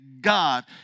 God